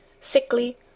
sickly